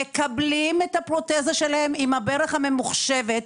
מקבלים את הפרוטזה שלהם עם הברך הממוחשבת.